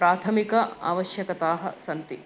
प्राथमिकाः आवश्यकताः सन्ति